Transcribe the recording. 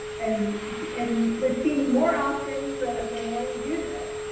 and and it seems more often the the more we do this.